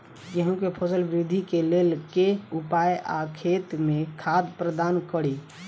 गेंहूँ केँ फसल वृद्धि केँ लेल केँ उपाय आ खेत मे खाद प्रदान कड़ी?